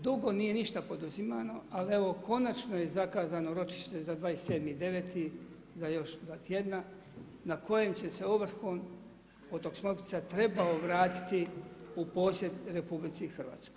Dugo nije ništa poduzimano, ali evo konačno je zakazano ročište za 27.9. za još dva tjedna na kojem će se ovrhom otok Smokvica trebao vratiti u posjed RH.